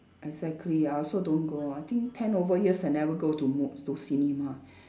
exactly I also don't go I think ten over years I never go to mo~ to cinema